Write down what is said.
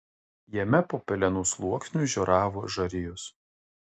jame po pelenų sluoksniu žioravo žarijos